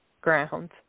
ground